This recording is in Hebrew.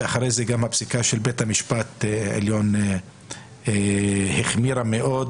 ואחרי זה גם הפסיקה של בית המשפט העליון החמירה מאוד